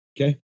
Okay